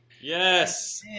Yes